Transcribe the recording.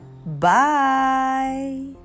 Bye